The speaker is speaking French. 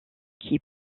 qui